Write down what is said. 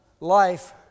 life